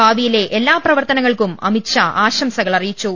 ഭാവിയിലെ എല്ലാ പ്രവർത്തനങ്ങൾക്കും അമിത്ഷാ ആശം സകൾ അറിയിച്ചു